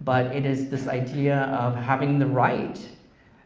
but it is this idea of having the right